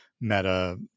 Meta